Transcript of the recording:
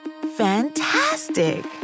Fantastic